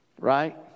right